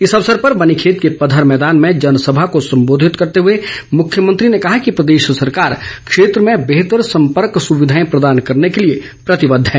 इस अवसर पर बनीखेत के पधर मैदान में जनसभा को संबोधित करते हुए मुख्यमंत्री ने कहा कि प्रदेश सरकार क्षेत्र में बेहतर संपर्क सुविधाए प्रदान करने के लिए प्रतिबद्ध है